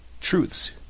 truths